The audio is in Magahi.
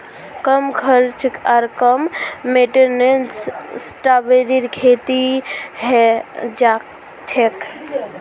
कम खर्च आर कम मेंटेनेंसत स्ट्रॉबेरीर खेती हैं जाछेक